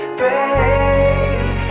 break